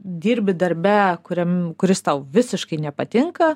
dirbi darbe kuriam kuris tau visiškai nepatinka